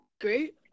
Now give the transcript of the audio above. Great